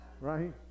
right